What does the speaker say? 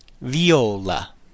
Viola